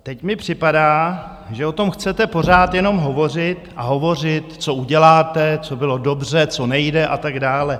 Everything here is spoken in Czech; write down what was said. Teď mi připadá, že o tom chcete pořád jenom hovořit a hovořit, co uděláte, co bylo dobře, co nejde a tak dále.